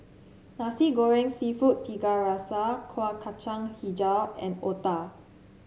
Nasi Goreng seafood Tiga Rasa Kueh Kacang hijau and Otah